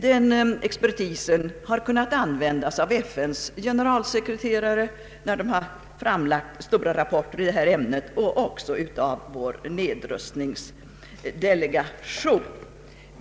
Den expertis som FOA har skaffat sig har kunnat användas av FN:s generalsekreterare när han utarbetat rapporter i dessa ämnen och också av vår nedrustningsdelegation.